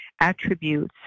attributes